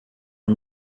and